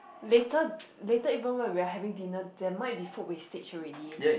later later even when we are having dinner there might be food wastage already